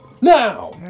Now